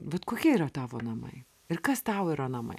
vat kokie yra tavo namai ir kas tau yra namai